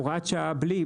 הוראת שעה בלי?